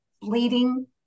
bleeding